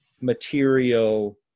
material